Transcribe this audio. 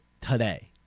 today